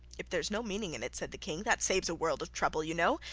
if there's no meaning in it said the king, that saves a world of trouble, you know,